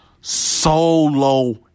Solo